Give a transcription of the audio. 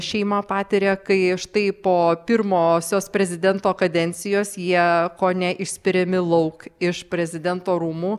šeima patiria kai štai po pirmosios prezidento kadencijos jie kone išspiriami lauk iš prezidento rūmų